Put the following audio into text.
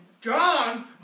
John